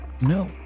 No